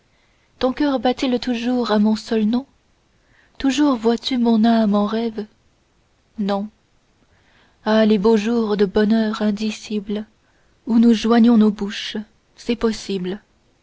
ton coeur bat-il toujours à mon seul nom toujours vois-tu mon âme en rêve non ah les beaux jours de bonheur indicible où nous joignions nos bouches c'est possible